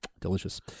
delicious